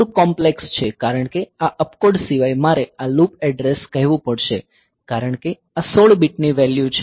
આ થોડું કોમ્પ્લેક્સ છે કારણ કે આ અપકોડ સિવાય મારે આ લૂપ એડ્રેસ કહેવું પડશે કારણ કે આ 16 બીટ ની વેલ્યૂ છે